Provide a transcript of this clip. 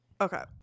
Okay